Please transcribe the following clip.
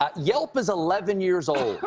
ah yelp is eleven years old.